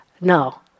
no